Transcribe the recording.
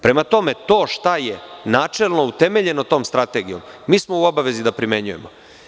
Prema tome, to šta je načelno utemeljeno tom strategijom, mi smo u obavezi da primenjujemo.